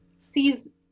sees